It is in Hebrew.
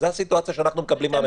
זו הסיטואציה שאנחנו מקבלים מהממשלה.